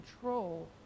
control